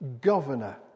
governor